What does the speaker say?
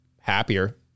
happier